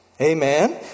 Amen